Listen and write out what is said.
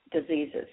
diseases